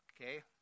okay